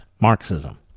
Marxism